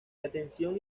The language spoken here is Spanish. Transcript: detención